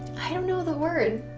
i don't know the word.